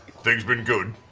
things been good?